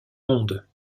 monde